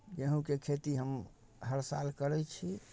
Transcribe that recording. गेहूँके खेती हम हर साल करै छी